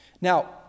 Now